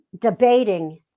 debating